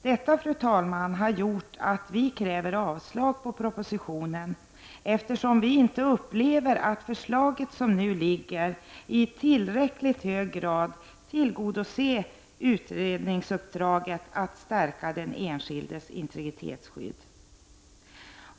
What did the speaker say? Detta, fru talman, har gjort att vi yrkar avslag på propositionen, eftersom vi inte upplever att förslaget som det nu föreligger i tillräckligt hög grad tillgodoser utredningsuppdraget att stärka den enskildes integritetsskydd.